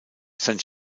sein